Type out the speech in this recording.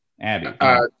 Abby